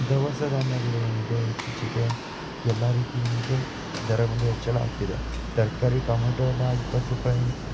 ದವಸ ಧಾನ್ಯಗಳು ಏನಿದೆ ಹೆಚ್ಚು ಹೆಚ್ಚಿಗೆ ಎಲ್ಲ ರೀತಿ ಏನಿದೆ ದರ ಬಂದು ಹೆಚ್ಚಳ ಆಗ್ತಿದೆ ತರಕಾರಿ ಟೊಮೊಟೊ ಎಲ್ಲ ಇಪ್ಪತ್ತು ರೂಪಾಯಿ